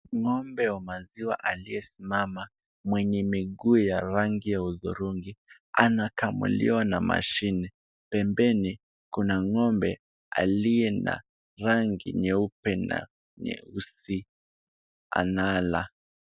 Ng'ombe wa maziwa aliyesimama, mwenye miguu ya rangi ya hudhurungi anakamuliwa na mashini. Pembeni, kuna ng'ombe aliye na rangi nyeupe na nyeusi anala.